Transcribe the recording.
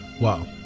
Wow